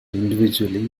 individually